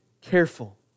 careful